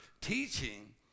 teaching